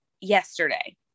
yesterday